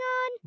on